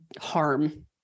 harm